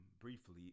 briefly